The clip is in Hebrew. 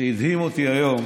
שהדהים אותי היום